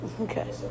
Okay